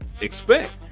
expect